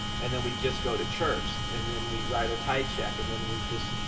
and then we just go to church and then we write a tithe check and then we just.